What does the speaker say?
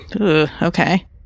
Okay